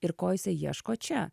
ir ko jisai ieško čia